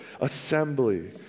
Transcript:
assembly